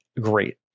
great